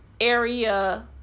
area